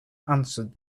answered